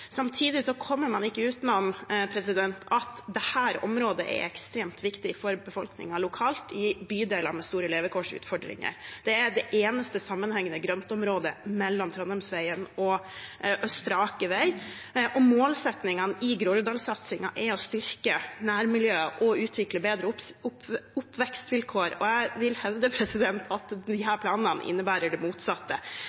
man ikke utenom at dette området er ekstremt viktig for befolkningen lokalt, i bydeler med store levekårsutfordringer. Det er det eneste sammenhengende grøntområdet mellom Trondheimsveien og Østre Aker vei, og målsettingene i Groruddalssatsingen er å styrke nærmiljøet og utvikle bedre oppvekstsvilkår. Jeg vil hevde at disse planene innebærer det motsatte. Jeg vil